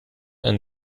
and